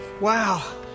Wow